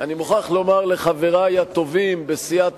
אני מוכרח לומר לחברי הטובים בסיעת